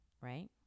right